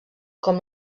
com